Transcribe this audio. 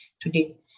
today